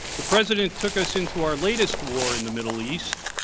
the president took us into our latest war in the middle east,